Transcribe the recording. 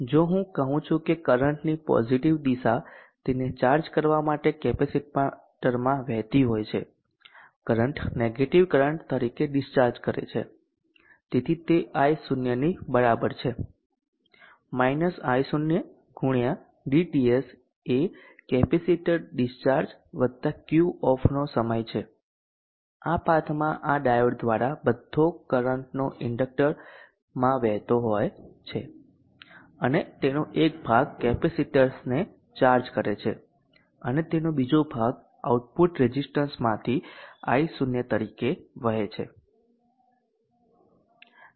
જો હું કહું છું કે કરંટની પોઝીટીવ દિશા તેને ચાર્જ કરવા માટે કેપેસિટરમાં વહેતી હોય છે કરંટ નેગેટીવ કરંટ તરીકે ડિસ્ચાર્જ કરે છે તેથી તે I0 ની બરાબર છે - I0 x dTS એ કેપેસિટર ડિસ્ચાર્જ વત્તા Q ઓફ નો સમય છે આ પાથમાં ડાયોડ દ્વારા બધો ઇન્ડકટરનો કરંટ વહેતો હોય છે અને તેનો એક ભાગ કેપેસિટેન્સને ચાર્જ કરે છે અને તેનો બીજો ભાગ આઉટપુટ રેઝિસ્ટન્સમાંથી I0 તરીકે વહે છે